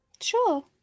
Sure